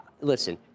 Listen